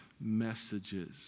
messages